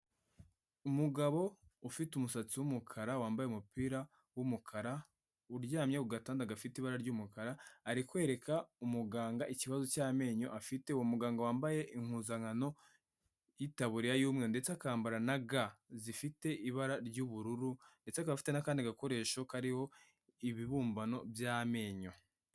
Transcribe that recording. Umugabo ufite umusatsi w'umukara wambaye umupira w'umukara uryamye ku gatanda gafite ibara ry'umukara ari kwereka umuganga ikibazo cy'amenyo afite, umuganga wambaye impuzankano y'itaburiya y'umweru ndetse akambara na ga zifite ibara ry'ubururu ndetse akaba afite n'akandi gakoresho kariho ibibumbano by'amenyo.